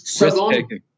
Risk-taking